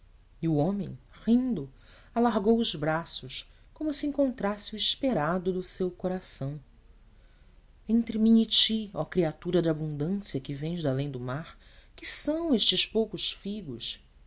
e o homem rindo alargou os braços como se encontrasse o esperado do seu coração entre mim e ti ó criatura da abundância que vens dalém do mar que são estes poucos figos